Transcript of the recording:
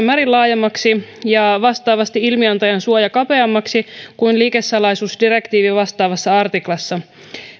määrin laajemmaksi ja vastaavasti ilmiantajan suoja kapeammaksi kuin liikesalaisuusdirektiivin vastaavassa artiklassa